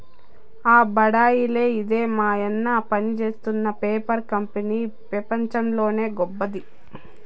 ఆ బడాయిలే ఇదే మాయన్న పనిజేత్తున్న పేపర్ కంపెనీ పెపంచంలోనే గొప్పది